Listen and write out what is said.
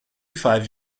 five